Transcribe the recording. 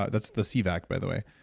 that's the so cvac, by the way.